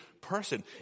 person